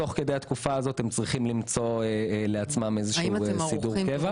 תוך כדי התקופה הזאת הם צריכים למצוא לעצמם איזשהו סידור קבע.